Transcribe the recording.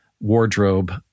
wardrobe